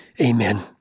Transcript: amen